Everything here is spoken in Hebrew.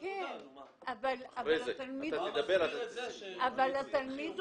אבל התלמיד הוא